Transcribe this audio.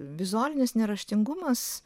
vizualinis neraštingumas